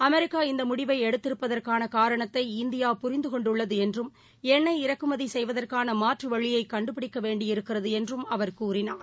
America இந்தமுடிவைஎடுத்திருப்பதற்கானகாரணத்தை India புரிந்தகொண்டுள்ளதுஎன்றும் எண்ணெய் இறக்குமதிசெய்வதற்கானமாற்றுவழியைகண்டுபிடிக்கவேண்டியிருக்கிறதுஎன்றுஅவர் கூறினார்